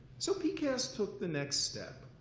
so pcast took the next step.